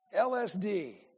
LSD